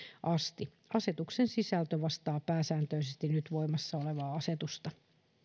asti asetuksen sisältö vastaa pääsääntöisesti nyt voimassa olevaa asetusta